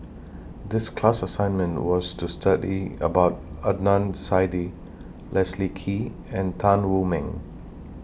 The class assignment was to study about Adnan Saidi Leslie Kee and Tan Wu Meng